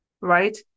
Right